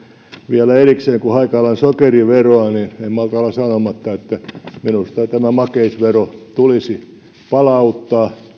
vielä erikseen kun haikaillaan sokeriveroa en malta olla sanomatta että minusta tämä makeisvero tulisi palauttaa